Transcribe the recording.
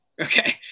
Okay